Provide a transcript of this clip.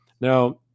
Now